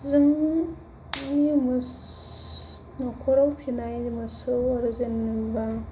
जोंनि न'खराव फिसिनाय मोसौ आरो जेनेबा